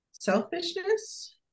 selfishness